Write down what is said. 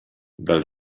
del